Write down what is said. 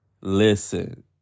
listen